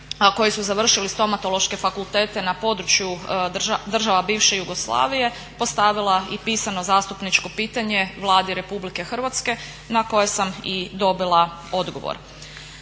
koje su završili stomatološke fakultete na području država bivše Jugoslavije postavila i pisano zastupničko pitanje Vladi RH na koje sam i dobila odgovor.